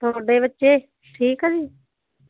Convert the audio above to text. ਤੁਹਾਡੇ ਬੱਚੇ ਠੀਕ ਆ ਜੀ